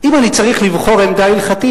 אם אני צריך לבחור עמדה הלכתית,